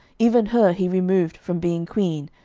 even her he removed from being queen,